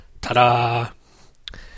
Ta-da